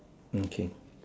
okay